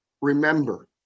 remember